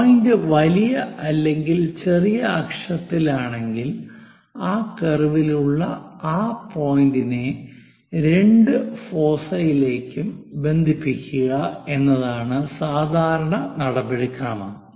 point വലിയ അല്ലെങ്കിൽ ചെറിയ അക്ഷത്തിലാണെങ്കിൽ ആ കർവിലുള്ള ആ പോയിന്റിനെ രണ്ട് ഫോസൈ ലേക്ക് ബന്ധിപ്പിക്കുക എന്നതാണ് സാധാരണ നടപടിക്രമം